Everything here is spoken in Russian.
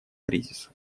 кризиса